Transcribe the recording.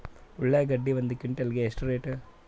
ಉಳ್ಳಾಗಡ್ಡಿ ಒಂದು ಕ್ವಿಂಟಾಲ್ ಗೆ ಎಷ್ಟು ರೇಟು?